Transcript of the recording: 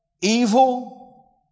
evil